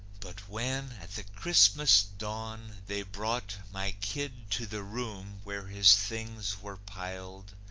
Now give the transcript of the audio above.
but when, at the christmas dawn, they brought my kid to the room where his things were piled,